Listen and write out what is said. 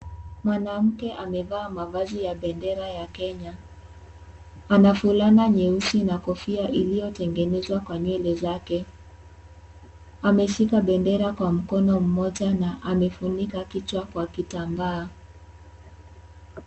Mwanamke amevaa mavazi ya pendera ya Kenya. Ana fulana nyeusi na kofia iliyotengenezwa kwa nywele zake. Ameshika pendera kwa mkono mmoja na amefunika kichwa kwa kitambaa.